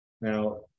Now